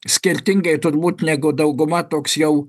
skirtingai turbūt negu dauguma toks jau